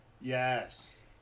Yes